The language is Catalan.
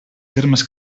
termes